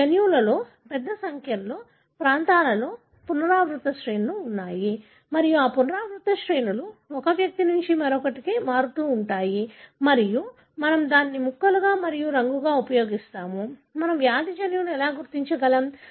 మీ జన్యువులో పెద్ద సంఖ్యలో ప్రాంతాలలో పునరావృత శ్రేణులు ఉన్నాయి మరియు ఈ పునరావృత శ్రేణులు ఒక వ్యక్తి నుండి మరొకరికి మారుతూ ఉంటాయి మరియు మనము దీనిని ముక్కగా మరియు రంగుగా ఉపయోగిస్తాము మరియు మనము వ్యాధి జన్యువును ఎలా గుర్తించగలం